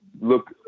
look